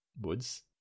woods